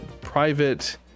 private